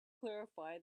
clarify